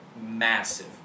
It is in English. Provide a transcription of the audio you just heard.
massive